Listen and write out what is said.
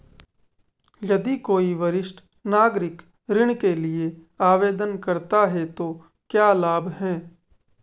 यदि कोई वरिष्ठ नागरिक ऋण के लिए आवेदन करता है तो क्या लाभ हैं?